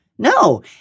No